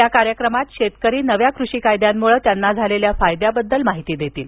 या कार्यक्रमात शेतकरी नव्या कृषी कायद्यांमुळं त्यांना झालेल्या फायद्याबद्दल माहिती देतील